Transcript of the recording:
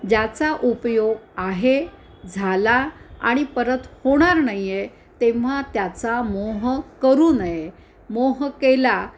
ज्याचा उपयोग आहे झाला आणि परत होणार नाहीये तेव्हा त्याचा मोह करू नये मोह केला